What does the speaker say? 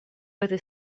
этой